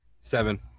seven